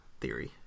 theory